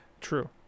True